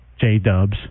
J-dubs